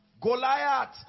Goliath